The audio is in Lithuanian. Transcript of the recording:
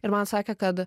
ir man sakė kad